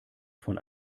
von